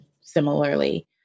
similarly